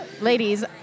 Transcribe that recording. Ladies